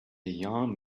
young